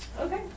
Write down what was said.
Okay